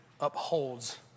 upholds